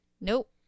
Nope